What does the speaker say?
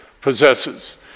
possesses